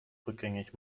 rückgängig